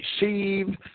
receive